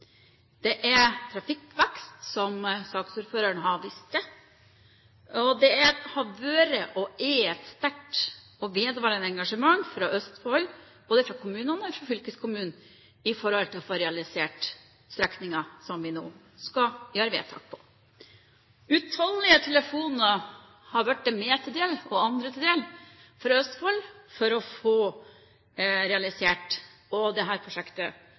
Det er trafikkvekst, som saksordføreren har vist til, og det har vært og er et sterkt og vedvarende engasjement fra Østfold, både fra kommunene og fra fylkeskommunen, for å få realisert strekningen vi nå skal gjøre vedtak på. Utallige telefoner fra Østfold for å få realisert dette prosjektet har blitt meg og